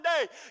today